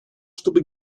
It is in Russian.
чтобы